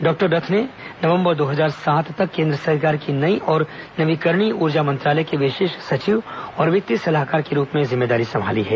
doctor Rath ने नवंबर दो हजार सात तक केन्द्र सरकार की नई और नवीकरणीय ऊर्जा मंत्रालय के विशेष सचिव और वित्तीय सलाहकार के रूप में जिम्मेदारी संभाली है